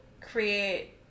create